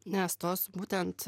nes tos būtent